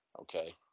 okay